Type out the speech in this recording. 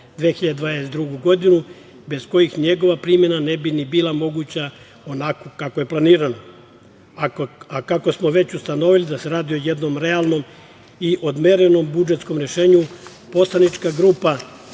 2022. godinu, bez kojih njegova primena ne bi ni bila moguća onako kako je planirano, a kako smo već ustanovili da se radi o jednom realnom i odmerenom budžetskom rešenju, poslanička grupa